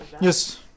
Yes